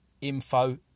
info